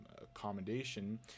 accommodation